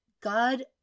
god